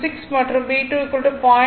16 மற்றும் b2 0